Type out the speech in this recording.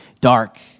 dark